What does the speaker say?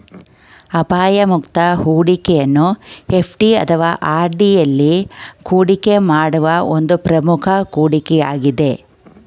ಅಪಾಯ ಮುಕ್ತ ಹೂಡಿಕೆಯನ್ನು ಎಫ್.ಡಿ ಅಥವಾ ಆರ್.ಡಿ ಎಲ್ಲಿ ಹೂಡಿಕೆ ಮಾಡುವ ಒಂದು ಪ್ರಮುಖ ಹೂಡಿಕೆ ಯಾಗಿದೆ